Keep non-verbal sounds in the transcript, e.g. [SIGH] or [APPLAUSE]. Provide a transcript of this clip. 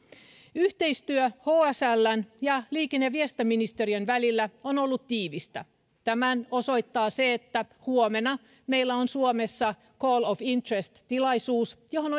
yhteistyö hsln ja liikenne ja viestintäministeriön välillä on ollut tiivistä tämän osoittaa se että huomenna meillä on suomessa call of interest tilaisuus johon [UNINTELLIGIBLE]